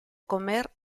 comer